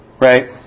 Right